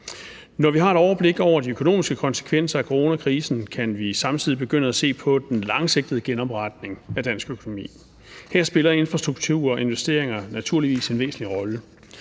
Når vi har et overblik over de økonomiske konsekvenser af coronakrisen, kan vi samtidig begynde at se på den langsigtede genopretning af dansk økonomi, og her spiller infrastruktur og investeringer naturligvis en væsentlig rolle.